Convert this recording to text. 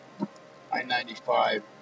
I-95